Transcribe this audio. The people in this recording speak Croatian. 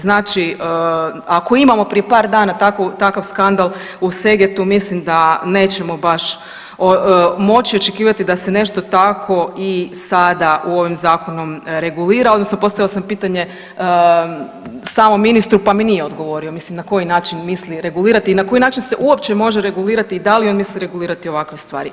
Znači, ako imamo prije par dana takav skandal u Segetu mislim da nećemo baš moći očekivati da se nešto takvo i sada u ovom zakonu regulira odnosno postavila sam pitanje samom ministru pa mi nije odgovorio mislim na koji način misli regulirati i na koji način se uopće može regulirati i da li on misli regulirati ovakve stvari.